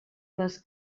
les